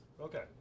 okay